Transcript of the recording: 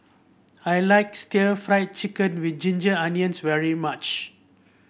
I like still Fried Chicken with Ginger Onions very much